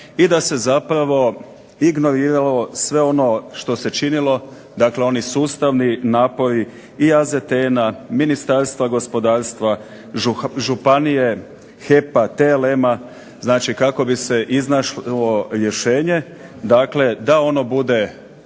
i da se zapravo ignoriralo sve ono što se činilo, dakle oni sustavni napori i AZTN-a, Ministarstva gospodarstva, županije, HEP-a, TLM-a znači kako bi se iznašlo rješenje da ono bude